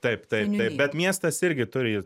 taip taip taip bet miestas irgi turi